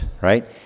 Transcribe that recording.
right